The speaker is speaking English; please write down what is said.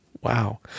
wow